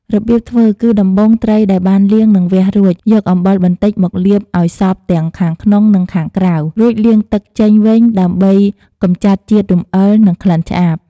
របៀបធ្វើគឺ ដំបូងត្រីដែលបានលាង និងវះរួច យកអំបិលបន្តិចមកលាបឲ្យសព្វទាំងខាងក្នុង និងខាងក្រៅ រួចលាងទឹកចេញវិញដើម្បីកម្ចាត់ជាតិរំអិល និងក្លិនឆ្អាប។